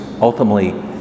ultimately